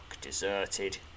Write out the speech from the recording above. deserted